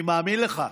אני מאמין לך.